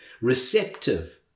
receptive